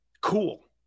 cool